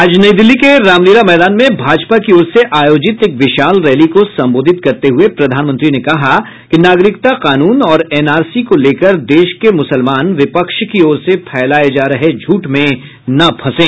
आज नई दिल्ली के रामलीला मैदान में भाजपा की ओर से आयोजित एक विशाल रैली को संबोधित करते हुए प्रधानमंत्री ने कहा कि नागरिकता कानून और एनआरसी को लेकर देश के मुसलमान विपक्ष की ओर से फैलाए जा रहे झूठ में ना फंसें